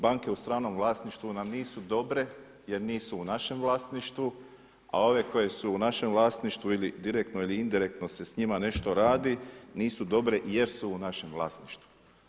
Banke u stranom vlasništvu nam nisu dobre jer nisu u našem vlasništvu a ove koje su u našem vlasništvu ili direktno ili indirektno se s njima nešto radi nisu dobre jer su u našem vlasništvu.